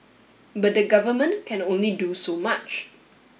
but the government can only do so much